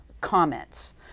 comments